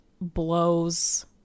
blows